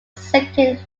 second